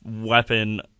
weapon